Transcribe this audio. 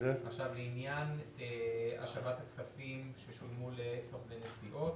לעניין השבת הכספים ששולמו לסוכני נסיעות